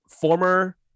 Former